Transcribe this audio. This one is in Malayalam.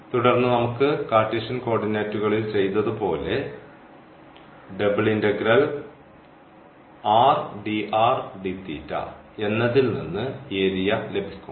തുടർന്ന് നമുക്ക് കാർട്ടീഷ്യൻ കോർഡിനേറ്റുകളിൽ ചെയ്തതുപോലെ എന്നതിൽനിന്ന് ഏരിയ ലഭിക്കും